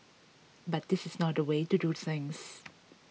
but this is not the way to do things